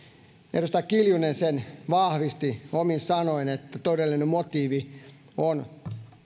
edustaja kiljunen sen vahvisti omin sanoin että todellinen motiivi on